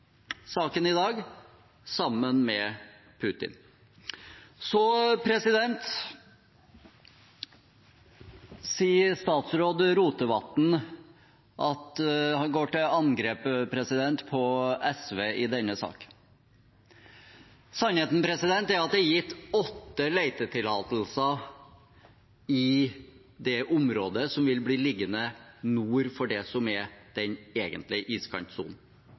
saken i dag sammen med Putin. Så går statsråd Rotevatn til angrep på SV i denne saken. Sannheten er at det er gitt åtte letetillatelser i det området som vil bli liggende nord for den egentlige iskantsonen – åtte letetillatelser. Syv av disse letetillatelsene er gitt av den